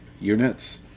units